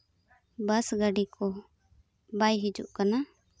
ᱵᱟᱥ ᱜᱟᱹᱰᱤ ᱠᱚ ᱵᱟᱭ ᱦᱤᱡᱩᱜ ᱠᱟᱱᱟ